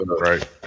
right